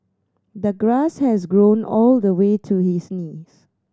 the grass has grown all the way to his knees